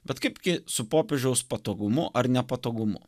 bet kaipgi su popiežiaus patogumu ar nepatogumu